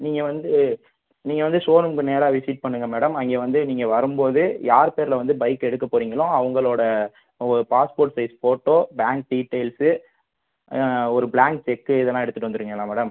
நீங்கள் வந்து நீங்கள் வந்து ஷோரூம்க்கு நேராக விசிட் பண்ணுங்கள் மேடம் அங்கே வந்து நீங்கள் வரும்போது யாரு பெயரில் வந்து பைக் எடுக்க போகிறீங்களோ அவங்களோட ஒரு passport size photo bank details ஒரு ப்ளாங்க் செக்கு இதெலாம் எடுத்துகிட்டு வந்துடுறிங்களா மேடம்